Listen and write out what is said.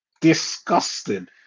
Disgusting